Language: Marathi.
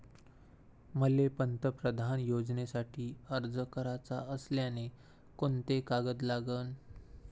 मले पंतप्रधान योजनेसाठी अर्ज कराचा असल्याने कोंते कागद लागन?